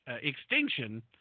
extinction